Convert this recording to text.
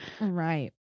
Right